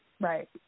right